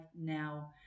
now